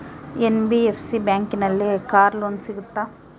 NBFC ಬ್ಯಾಂಕಿನಲ್ಲಿ car loan ಸಿಗುತ್ತಾ?